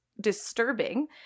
disturbing